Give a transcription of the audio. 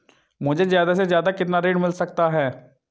मुझे ज्यादा से ज्यादा कितना ऋण मिल सकता है?